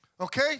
okay